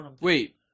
Wait